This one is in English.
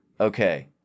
Okay